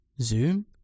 zoom